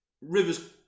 Rivers